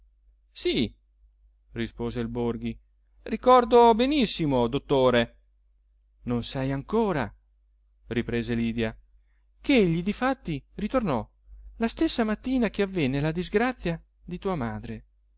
sì rispose il borghi ricordo benissimo dottore non sai ancora riprese lydia ch'egli difatti ritornò la stessa mattina che avvenne la disgrazia di tua madre